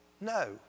No